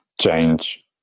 change